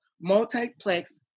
multiplex